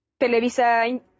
Televisa